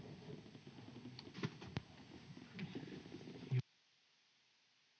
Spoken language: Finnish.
Kiitos,